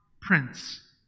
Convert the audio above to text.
Prince